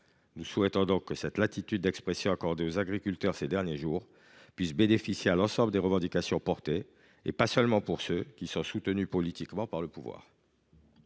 Nous souhaitons donc que la latitude d’expression accordée aux agriculteurs ces derniers jours puisse bénéficier à tous, quelles que soient les revendications, et pas seulement à ceux qui sont soutenus politiquement par le pouvoir.